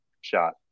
shot